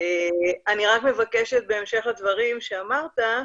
אני רק מבקשת, בהמשך לדברים שאמרת,